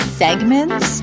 segments